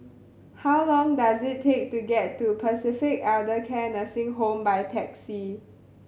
how long does it take to get to Pacific Elder Care Nursing Home by taxi